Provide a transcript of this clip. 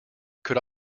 could